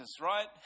Right